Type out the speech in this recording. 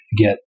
get